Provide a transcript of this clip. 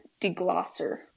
deglosser